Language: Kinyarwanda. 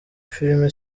film